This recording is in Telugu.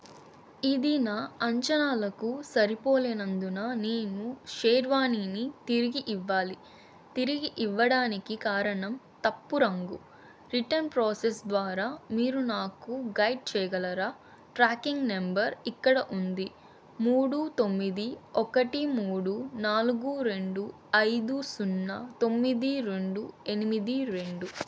ఇది నా అంచనాలకు సరిపోలేనందున నేను షేర్వానీని తిరిగి ఇవ్వాలి తిరిగి ఇవ్వడానికి కారణం తప్పు రంగు రిటర్న్ ప్రోసెస్ ద్వారా మీరు నాకు గైడ్ చేయగలరా ట్రాకింగ్ నెంబర్ ఇక్కడ ఉంది మూడు తొమ్మిది ఒకటి మూడు నాలుగు రెండు ఐదు సున్నా తొమ్మిది రెండు ఎనిమిది రెండు